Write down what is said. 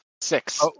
Six